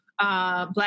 Black